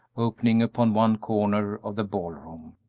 opening upon one corner of the ball-room.